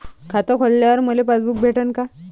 खातं खोलल्यावर मले पासबुक भेटन का?